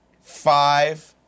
five